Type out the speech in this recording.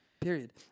period